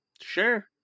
Sure